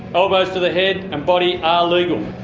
elbows to the head and body are legal.